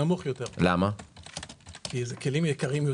נמוך יותר כי אלה כלים יקרים יותר.